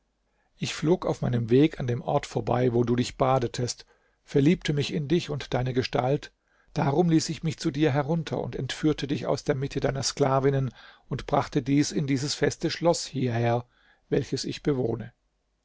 ich flog auf meinem weg an dem ort vorbei wo du dich badetest verliebte mich in dich und deine gestalt darum ließ ich mich zu dir herunter und entführte dich aus der mitte deiner sklavinnen und brachte dich in dieses feste schloß hierher welches ich bewohne